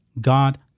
God